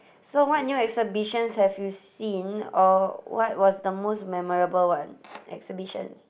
so what new exhibitions have you seen or what was the most memorable one exhibition